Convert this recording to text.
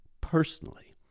personally